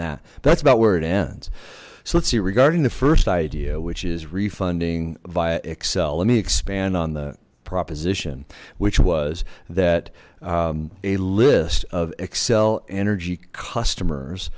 that that's about where it ends so let's see regarding the first idea which is refunding via excel let me expand on the proposition which was that a list of xcel energy customers